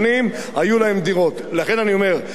לכן אני אומר: הגדלת הגירעון כן,